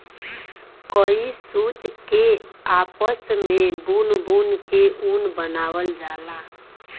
कई सूत के आपस मे बुन बुन के ऊन बनावल जाला